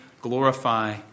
glorify